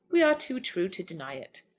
we are too true to deny it.